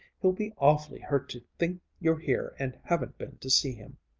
hell be awfully hurt to think you're here and haven't been to see him.